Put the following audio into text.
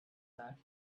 that